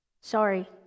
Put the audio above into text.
Sorry